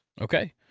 Okay